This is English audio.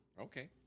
Okay